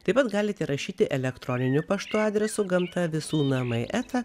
taip pat galite rašyti elektroniniu paštu adresu gamta visų namai eta